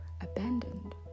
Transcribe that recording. abandoned